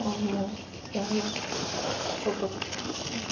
ହଁ ମୁଁ share market ବିଷୟରେ ଅବଗତ ଅଛି